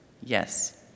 yes